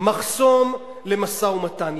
מחסום למשא-ומתן.